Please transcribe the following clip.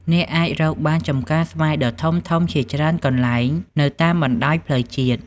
អ្នកអាចរកបានចម្ការស្វាយដ៏ធំៗជាច្រើនកន្លែងនៅតាមបណ្តោយផ្លូវជាតិ។